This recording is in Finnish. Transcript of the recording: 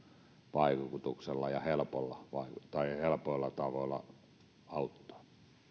vaikutuksella ja helpoilla tavoilla auttaa